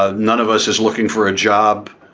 ah none of us is looking for a job.